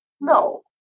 No